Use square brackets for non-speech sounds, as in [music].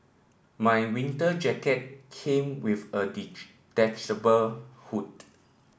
my winter jacket came with a [unintelligible] hood